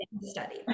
study